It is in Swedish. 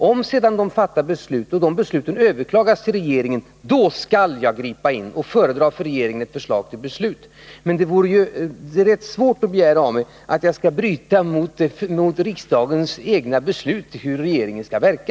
Om verken sedan fattar beslut, och de besluten överklagas till regeringen — då skall jag gripa in och för regeringen föredra ett förslag till beslut. Men det är rätt dumt att begära av mig att jag skall bryta mot riksdagens egna beslut om hur regeringen skall verka!